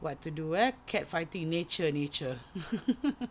what to do eh cat fighting nature nature